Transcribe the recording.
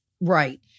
right